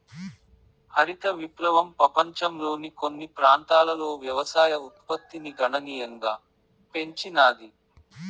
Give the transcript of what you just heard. హరిత విప్లవం పపంచంలోని కొన్ని ప్రాంతాలలో వ్యవసాయ ఉత్పత్తిని గణనీయంగా పెంచినాది